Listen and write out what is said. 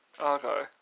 Okay